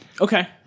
Okay